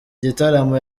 gitaramo